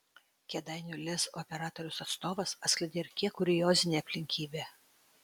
kėdainių lez operatoriaus atstovas atskleidė ir kiek kuriozinę aplinkybę